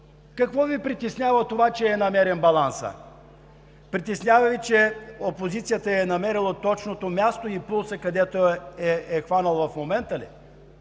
Какво Ви притеснява това, че е намерен балансът?! Притеснява Ви, че опозицията е намерила точното място и пулса в момента ли?!